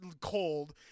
cold